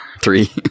three